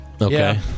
Okay